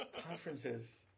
Conferences